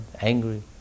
Angry